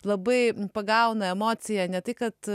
labai pagauna emocija ne tai kad